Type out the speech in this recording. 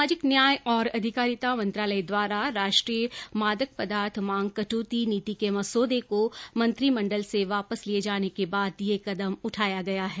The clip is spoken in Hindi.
सामाजिक न्याय और अधिकारिता मंत्रालय द्वारा राष्ट्रीय मादक पदार्थ मांग कटौती नीति के मसौदे को मंत्रिमंडल से वापस लिए जाने के बाद यह कदम उठाया गया है